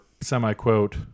semi-quote